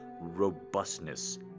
robustness